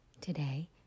Today